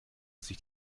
sich